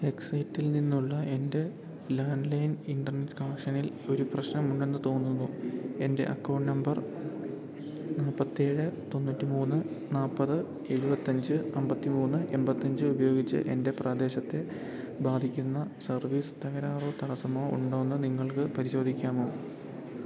എക്സൈറ്റിൽ നിന്നുള്ള എൻ്റെ landline internet കണക്ഷനിൽ ഒരു പ്രശ്നമുണ്ടെന്ന് തോന്നുന്നു എൻ്റെ അക്കൗണ്ട് നമ്പർ നാൽപ്പത്തേഴ് തൊണ്ണൂറ്റി മൂന്ന് നാൽപ്പത് എഴുപത്തഞ്ച് അമ്പത്തിമൂന്ന് എമ്പത്തഞ്ച് ഉപയോഗിച്ച് എൻ്റെ പ്രാദേശത്തെ ബാധിക്കുന്ന സർവീസ് തകരാറോ തടസ്സമോ ഉണ്ടോയെന്ന് നിങ്ങൾക്ക് പരിശോധിക്കാമോ